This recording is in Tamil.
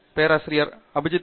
பேராசிரியர் அபிஜித் பி